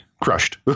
crushed